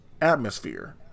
atmosphere